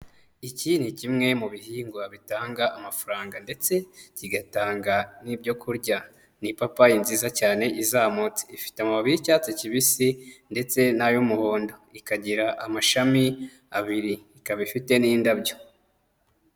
Iki ni kimwe mu bihingwa bitanga amafaranga ndetse kigatanga n'ibyo kurya, ni ipapayi nziza cyane izamutse ifite amababi y'icyatsi kibisi ndetse n'ay'umuhondo, ikagira amashami abiri ikaba ifite n'indabyo.